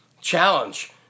challenge